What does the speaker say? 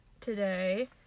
today